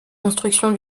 construction